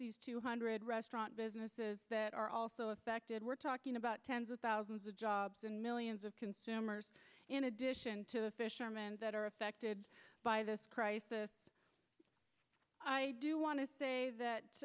just two hundred restaurant businesses that are also affected we're talking about tens of thousands of jobs and millions of consumers in addition to the fisherman that are affected by this crisis i do want to say that